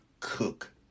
cook